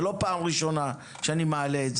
זה לא פעם ראשונה שאני מעלה את זה.